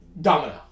Domino